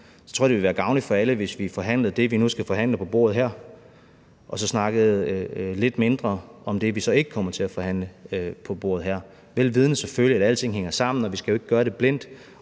nu – og det ville være gavnligt for alle, hvis vi forhandlede det, vi nu skal forhandle på bordet her, og så snakkede lidt mindre om det, vi så ikke kommer til at forhandle på bordet her, selvfølgelig vel vidende at alting hænger sammen, og at vi ikke skal gøre det i blinde,